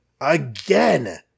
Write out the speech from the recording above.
again